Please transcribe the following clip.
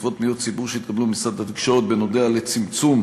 בעקבות פניות ציבור שהתקבלו במשרד התקשורת בנוגע לצמצום